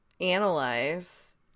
analyze